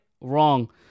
wrong